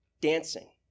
Dancing